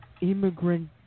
Immigrant